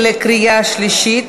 עוברים להצבעה בקריאה שלישית.